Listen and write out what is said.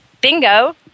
bingo